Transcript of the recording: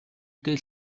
дээ